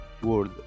world